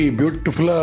beautiful